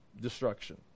destruction